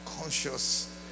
conscious